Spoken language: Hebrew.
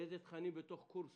ואילו תכנים בתוך כל קורס